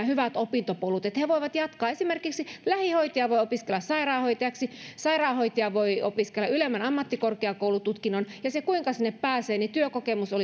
hyvät opintopolut että he voivat jatkaa esimerkiksi lähihoitaja voi opiskella sairaanhoitajaksi sairaanhoitaja voi opiskella ylemmän ammattikorkeakoulututkinnon ja siinä kuinka sinne pääsee työkokemuksella